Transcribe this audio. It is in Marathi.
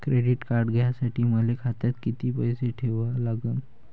क्रेडिट कार्ड घ्यासाठी मले खात्यात किती पैसे ठेवा लागन?